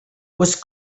was